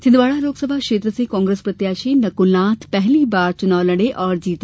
छिंदवाड़ा लोकसभा क्षेत्र से कांग्रेस प्रत्याशी नकुल नाथ पहली बार चुनाव लड़े और जीते